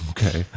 Okay